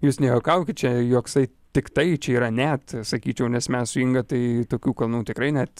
jūs nejuokaukit čia joksai tiktai čia yra net sakyčiau nes mes su inga tai tokių kalnų tikrai net